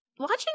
Watching